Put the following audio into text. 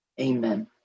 Amen